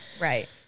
Right